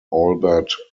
albert